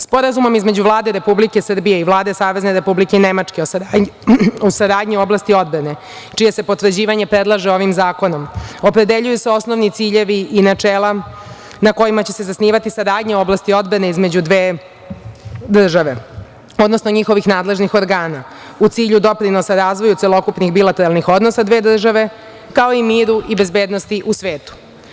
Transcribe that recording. Sporazumom između Vlade Republike Srbije i Vlade Savezne Republike Nemačke o saradnji u oblasti odbrane čije se potvrđivanje predlaže ovim zakonom, opredeljuju se osnovni ciljevi i načela na kojima će se zasnivati saradnja u oblasti odbrane između dve države, odnosno njihovih nadležnih organa u cilju doprinosa razvoju celokupnih bilateralnih odnosa dve države, kao i miru i bezbednosti u svetu.